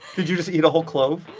did you just eat a whole clove?